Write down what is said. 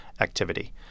activity